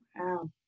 Wow